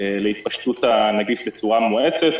להתפשטות הנגיף בצורה מואצת,